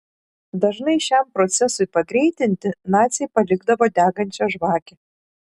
dažnai šiam procesui pagreitinti naciai palikdavo degančią žvakę